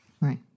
Right